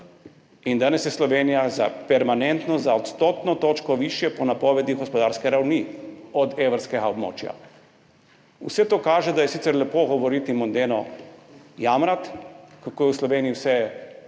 In danes je Slovenija permanentno za odstotno točko višje po napovedih gospodarske ravni od evrskega območja. Vse to kaže, da je sicer lepo govoriti, mondeno jamrati, kako je v Sloveniji vse narobe,